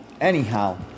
anyhow